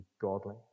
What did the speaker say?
godly